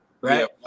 right